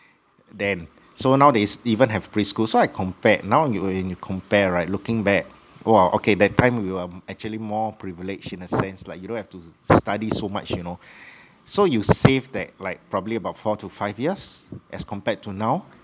then so now they even have preschool so I compare now you you when you compare right looking back !wow! okay that time you are actually more privileged in a sense like you don't have to study so much you know so you save that like probably about four to five years as compared to now